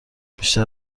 بیشتر